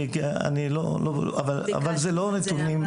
אבל זה לא נתונים,